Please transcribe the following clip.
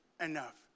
enough